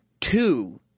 two –